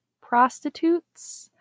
prostitutes